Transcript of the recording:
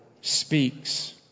speaks